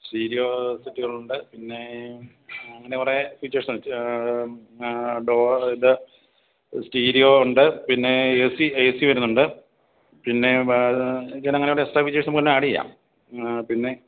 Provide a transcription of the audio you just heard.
stereo സെറ്റുകളുണ്ട് പിന്നെ അങ്ങനെ കുറേ ഫീച്ചേഴ്സ് ഒക്കെയുണ്ട് ഡോർ ഇത് സ്റ്റീരിയോ ഉണ്ട് പിന്നെ എ സി എ സി വരുന്നുണ്ട് പിന്നെ അങ്ങനെ വേണ്ടുന്ന എക്സ്ട്രാ ഫീച്ചേഴ്സ് നമുക്ക് തന്നെ ആഡ് ചെയ്യാം പിന്നെ